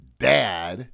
dad